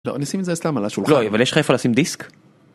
לא, אני אשים את זה סתם על השולחן. -לא, אבל יש לך איפה לשים דיסק?